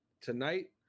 tonight